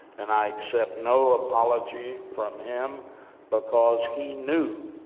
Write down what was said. and i accept no apology from him because he knew,